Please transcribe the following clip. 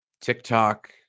TikTok